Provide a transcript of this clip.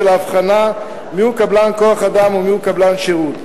ההבחנה מי הוא קבלן כוח-אדם ומי הוא קבלן שירות.